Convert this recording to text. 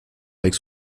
avec